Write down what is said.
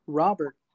robert